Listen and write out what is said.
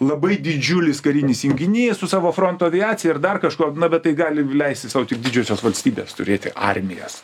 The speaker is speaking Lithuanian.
labai didžiulis karinis junginys su savo fronto aviacija ir dar kažkuo na bet tai gali leisti sau tik didžiosios valstybės turėti armijas